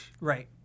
Right